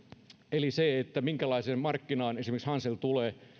eli minkälaiseen markkinaan esimerkiksi hansel tulee